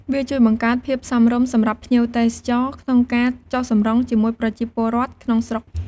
វាជួយបង្កើតភាពសមរម្យសម្រាប់ភ្ញៀវទេសចរ ក្នុងការចុះសម្រុងជាមួយប្រជាពលរដ្ឋក្នុងស្រុក។